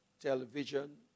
Television